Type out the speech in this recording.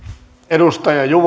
arvoisa